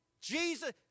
Jesus